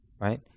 right